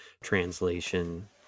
Translation